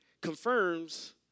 confirms